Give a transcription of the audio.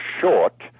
short